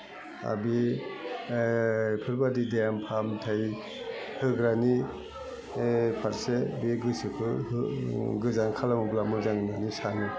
आर बे बेफोरबादि देहा फाहामथाइ होग्रानि फारसे बे गोसोखो गोजान खालामब्ला मोजां मोनो सानो